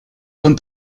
von